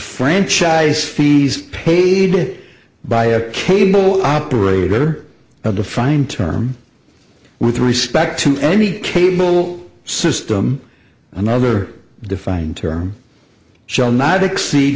franchise fees paid by a cable operator a defined term with respect to any cable system another defined term shall not exceed